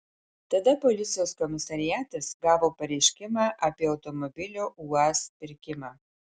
tada policijos komisariatas gavo pareiškimą apie automobilio uaz pirkimą